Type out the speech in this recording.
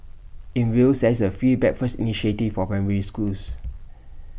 in Wales there is A free breakfast initiative for primary schools